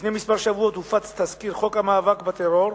לפני מספר שבועות הופץ תזכיר חוק המאבק בטרור,